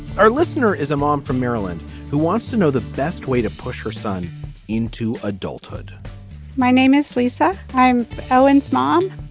our listener is a mom from maryland who wants to know the best way to push her son into adulthood my name is lisa. i'm owen's mom.